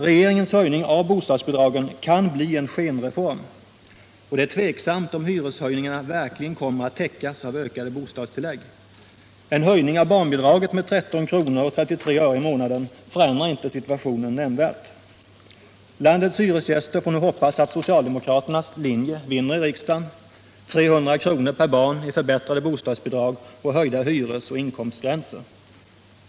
Regeringens höjning av bostadsbidragen kan bli en skenreform. Det är tveksamt om hyreshöjningarna verkligen kommer att täckas av ökade bostadstillägg. En höjning av barnbidraget med 13:33 kr. i månaden förändrar inte situationen nämnvärt. Landets hyresgäster får hoppas att socialdemokraternas linje vinner i riksdagen: 300 kr. per barn i förbättrade bostadsbidrag och höjda hyresoch inkomstgränser.